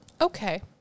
Okay